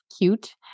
cute